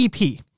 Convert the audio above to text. EP